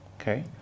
Okay